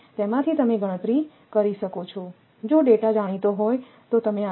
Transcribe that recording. તેથી તેમાંથી તમે ગણતરી કરી શકો છો જો ડેટા જાણીતો હોય તો